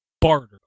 barter